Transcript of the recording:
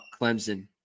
Clemson